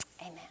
amen